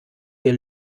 dir